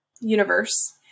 universe